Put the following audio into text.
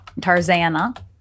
tarzana